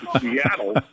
Seattle